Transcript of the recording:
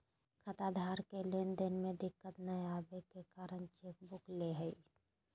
खाताधारक के लेन देन में दिक्कत नयय अबे के कारण चेकबुक ले हइ